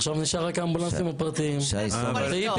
עכשיו נשאר רק האמבולנסים הפרטיים תמצאי פתרון.